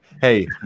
hey